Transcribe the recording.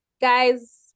guys